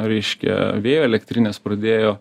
reiškia vėjo elektrinės pradėjo